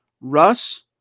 Russ